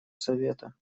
совета